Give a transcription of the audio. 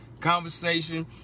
conversation